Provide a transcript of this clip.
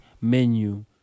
menu